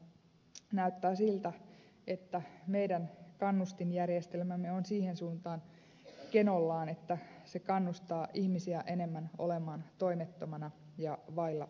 tänä päivänä näyttää siltä että meidän kannustinjärjestelmämme on siihen suuntaan kenollaan että se kannustaa ihmisiä enemmän olemaan toimettomana ja vailla aktiivitoimia